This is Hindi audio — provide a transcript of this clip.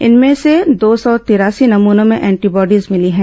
इनमें से दो सौ तिरासी नमूनों में एंटीबॉडीज मिली है